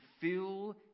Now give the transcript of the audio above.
fill